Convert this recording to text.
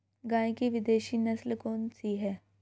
गाय की विदेशी नस्ल कौन सी है?